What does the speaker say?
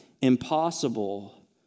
impossible